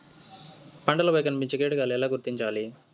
పంటలపై కనిపించే కీటకాలు ఎలా గుర్తించాలి?